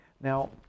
Now